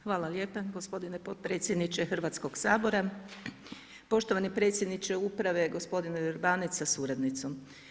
Hvala lijepa g. potpredsjedniče Hrvatskog sabora, poštovani predsjedniče uprave g. Vrbanec sa suradnicom.